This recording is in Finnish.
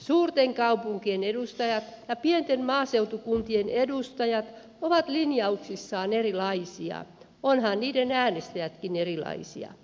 suurten kaupunkien edustajat ja pienten maaseutukuntien edustajat ovat linjauksissaan erilaisia ovathan heidän äänestäjänsäkin erilaisia